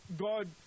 God